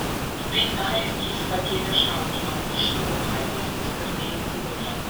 tai taręs jis pakėlė šautuvą ir šūvio aidas nuskardėjo tyloje